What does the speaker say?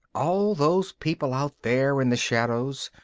all those people out there in the shadows,